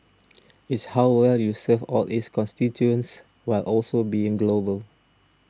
it's how well you serve all its constituents while also being global